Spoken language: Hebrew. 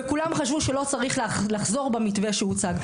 וכולם חשבו שלא צריך לחזור מהמתווה שהוצג.